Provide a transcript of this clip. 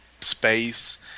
space